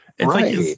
Right